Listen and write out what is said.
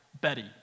Betty